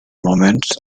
moments